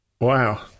Wow